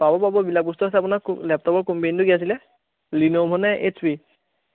পাব পাব এইবিলাক বস্তু আছে আপোনাৰ লেপটপৰ কোম্পেনীটো কি আছিলে লিনভ' নে এইছপি